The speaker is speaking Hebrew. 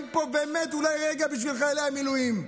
לפה אולי באמת לרגע בשביל חיילי המילואים.